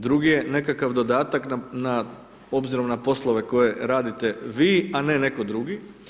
Drugi je, nekakav dodatak na, obzirom na poslove koje radite vi, a netko drugi.